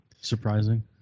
surprising